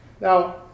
Now